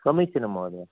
समीचीनं महोदया